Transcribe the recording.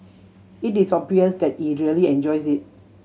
it is obvious that he really enjoys it